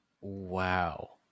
wow